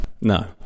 No